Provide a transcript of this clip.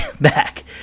back